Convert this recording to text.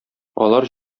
алар